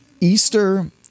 Easter